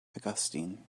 augustine